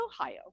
Ohio